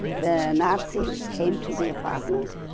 the nazis came to the apartment